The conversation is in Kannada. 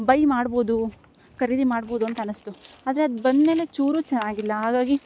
ಬಯ್ ಮಾಡ್ಬೌದು ಖರೀದಿ ಮಾಡ್ಬೌದು ಅಂತ ಅನಿಸ್ತು ಆದರೆ ಅದು ಬಂದಮೇಲೆ ಚೂರು ಚೆನ್ನಾಗಿಲ್ಲ ಹಾಗಾಗಿ